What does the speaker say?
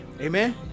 Amen